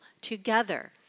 together